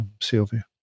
Sylvia